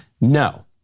No